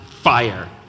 fire